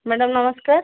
madam ନମସ୍କାର